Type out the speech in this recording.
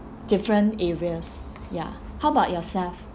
different areas ya how about yourself